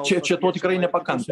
čia čia to tikrai nepakanka